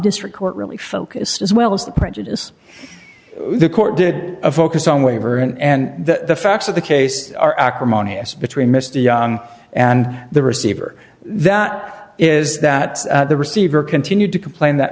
district court really focused as well as the prejudice the court did a focus on waiver and the facts of the case are acrimonious between mr young and the receiver that is that the receiver continued to complain that